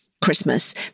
Christmas